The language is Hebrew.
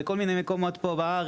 בכל מיני מקומות פה בארץ.